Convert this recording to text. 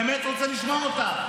אתה באמת רוצה לשמוע אותי?